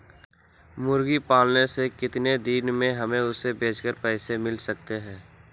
मुर्गी पालने से कितने दिन में हमें उसे बेचकर पैसे मिल सकते हैं?